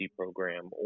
program